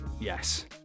Yes